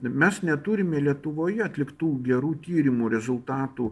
mes neturime lietuvoje atliktų gerų tyrimų rezultatų